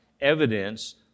Evidence